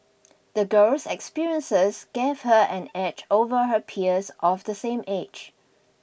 the girl's experiences gave her an edge over her peers of the same age